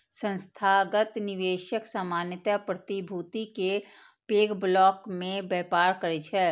संस्थागत निवेशक सामान्यतः प्रतिभूति के पैघ ब्लॉक मे व्यापार करै छै